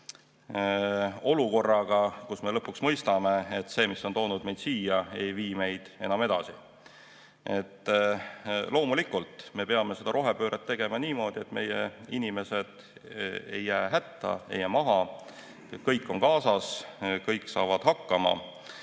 olukorraga, kus me lõpuks mõistame, et see, mis on toonud meid siia, ei vii meid enam edasi? Loomulikult, me peame rohepööret tegema niimoodi, et meie inimesed ei jää hätta, ei jää maha, kõik on kaasas, kõik saavad hakkama.